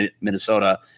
Minnesota